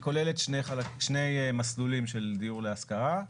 היא כוללת שני מסלולים של דיור להשכרה,